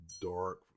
dark